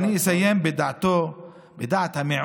אני אסיים בדעת המיעוט,